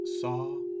saw